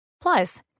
Plus